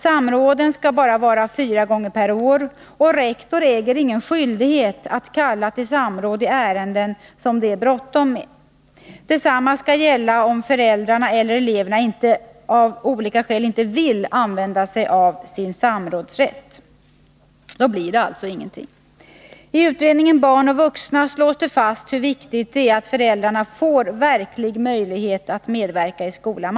Samråden skall bara vara fyra gånger per år, och rektor äger ingen skyldighet att kalla till samråd i ärenden som det är bråttom med. Detsamma skall gälla, om föräldrarna eller eleverna av olika skäl inte vill använda sin samrådsrätt. Då blir det alltså ingenting. I utredningen Barn och vuxna slås det fast hur viktigt det är att föräldrarna får verklig möjlighet att medverka i skolan.